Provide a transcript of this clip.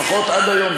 לפחות עד היום,